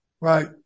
right